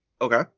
Okay